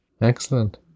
Excellent